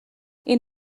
این